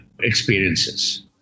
experiences